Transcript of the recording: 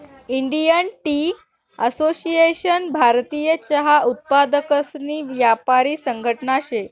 Indian tea association भारतीय चहा उत्पादकसनी यापारी संघटना शे